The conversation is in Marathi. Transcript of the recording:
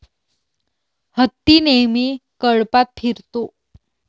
हत्ती नेहमी कळपात फिरतो